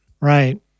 Right